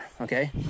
okay